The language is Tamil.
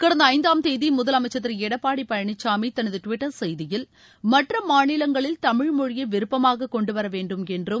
கடந்த ஐந்தாம் தேதி முதலமைச்சர் திரு எடப்பாடி பழனிசாமி தனது டுவிட்டர் செய்தியில் மற்ற மாநிலங்களில் தமிழ் மொழியை விருப்பமாக கொண்டுவர வேண்டும் என்றும்